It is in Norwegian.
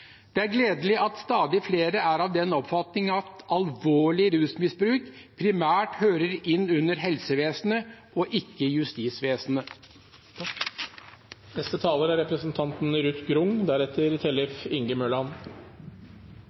Det er gledelig at stadig flere er av den oppfatning at alvorlig rusmisbruk primært hører inn under helsevesenet og ikke justisvesenet. For meg er